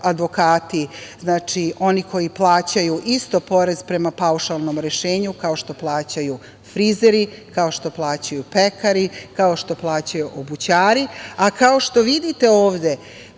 advokati oni koji plaćaju isto porez prema paušalnom rešenju, kao što plaćaju frizeri, kao što plaćaju pekari, kao što plaćaju obućari, a kao što vidite ovde,